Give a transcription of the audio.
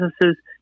businesses